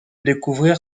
découvrir